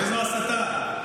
איזו הסתה?